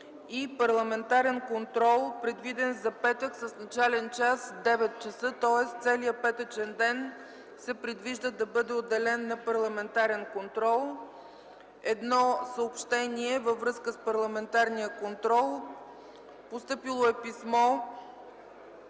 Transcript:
Парламентарен контрол, който е предвиден за петък с начален час 9,00 ч. Целият петъчен ден се предвижда да бъде отделен на Парламентарен контрол. Едно съобщение във връзка с Парламентарния контрол: постъпило е писмо